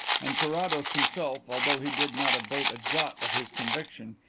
and carrados himself, although he did not abate a jot of his conviction,